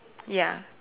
ya